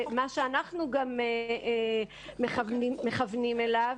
מה שאנחנו מכוונים אליו